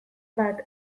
bat